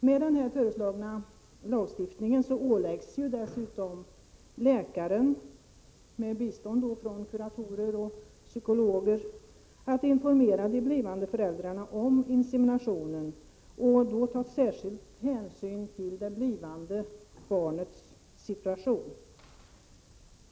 Med den föreslagna lagstiftningen åläggs dessutom läkaren att, med bistånd från kuratorer och psykologer, informera de blivande föräldrarna om inseminationen med särskild hänsyn till det blivande barnets situation.